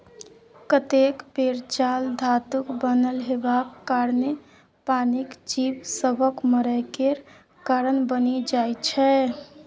कतेक बेर जाल धातुक बनल हेबाक कारणेँ पानिक जीब सभक मरय केर कारण बनि जाइ छै